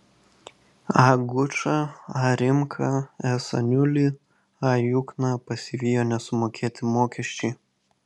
a gučą a rimką s aniulį a jukną pasivijo nesumokėti mokesčiai